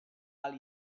alt